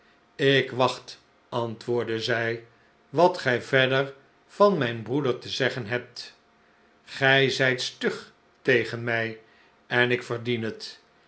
ik wacht antwoordde zij wat gij verder van mijn broeder te zeggen hebt gij zijt stug tegen mij en ik verdien het